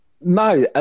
no